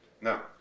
Now